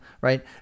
right